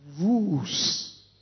rules